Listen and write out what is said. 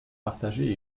partagées